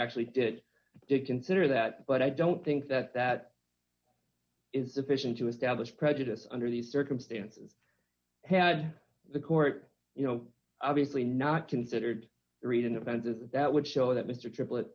actually did do consider that but i don't think that that is sufficient to establish prejudice under these circumstances had the court you know obviously not considered reading avengers that would show that mr triplet